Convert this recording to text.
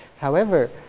however,